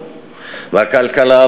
בכלכלה,